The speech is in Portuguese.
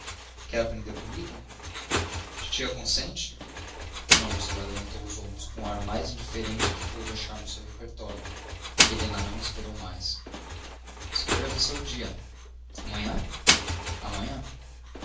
quer aprender comigo titia consente d úrsula levantou os ombros com o ar mais indiferente que pôde achar no seu repertório helena não esperou mais escolha você o dia amanhã amanhã